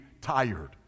tired